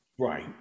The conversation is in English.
Right